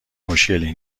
مشکلی